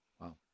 Wow